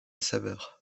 saveur